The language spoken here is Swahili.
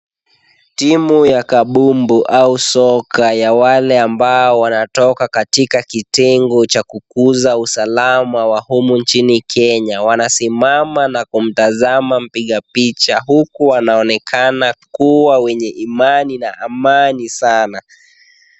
Timu ya kabumbu au soka ya wale ambao wanatoka katika kitengo cha kukuza usalama wa humu nchini Kenya. Wanasimama na kumtazama mpiga picha huku wanaonekana kuwa wenye imani na amani sana.